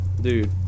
Dude